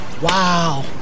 Wow